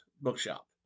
bookshop